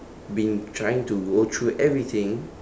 been trying to go through everything